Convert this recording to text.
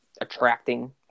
attracting